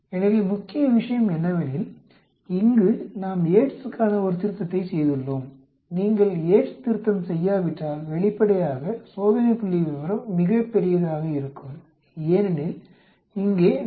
எனவே முக்கிய விஷயம் என்னவெனில் இங்கு நாம் யேட்ஸ்க்கான ஒரு திருத்தத்தைச் செய்துள்ளோம் நீங்கள் யேட்ஸ் திருத்தம் செய்யாவிட்டால் வெளிப்படையாக சோதனை புள்ளிவிவரம் மிகப் பெரியதாக இருக்கும் ஏனெனில் இங்கே நாம் 0